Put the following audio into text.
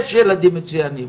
יש ילדים מצוינים,